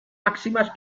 máximas